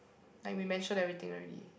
like we mentioned everything already